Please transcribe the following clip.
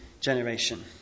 generation